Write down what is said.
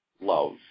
love